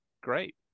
great